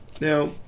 Now